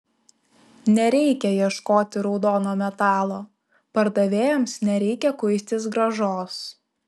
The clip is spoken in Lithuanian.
nereikia ieškoti raudono metalo pardavėjams nereikia kuistis grąžos